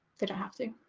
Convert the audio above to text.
they don't have to.